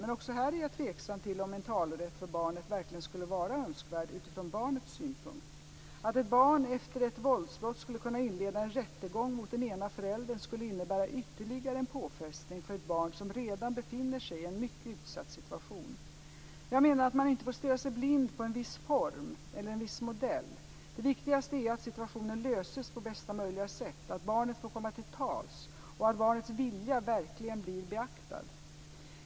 Men också här är jag tveksam till om en talerätt för barnet verkligen skulle vara önskvärd utifrån barnets synpunkt. Att ett barn efter ett våldsbrott skulle kunna inleda en rättegång mot den ena föräldern skulle innebära ytterligare en påfrestning för ett barn som redan befinner sig i en mycket utsatt situation. Jag menar att man inte får stirra sig blind på en viss form eller en viss modell. Det viktigaste är att situationen löses på bästa möjliga sätt, att barnet får komma till tals och att barnets vilja verkligen blir beaktad.